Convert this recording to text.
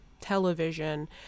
television